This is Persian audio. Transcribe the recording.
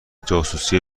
جاسوسی